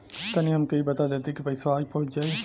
तनि हमके इ बता देती की पइसवा आज पहुँच जाई?